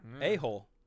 A-hole